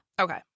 Okay